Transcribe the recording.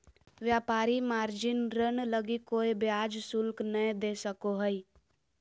व्यापारी मार्जिन ऋण लगी कोय ब्याज शुल्क नय दे सको हइ